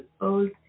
old